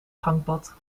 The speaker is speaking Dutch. gangpad